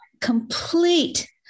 complete